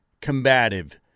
combative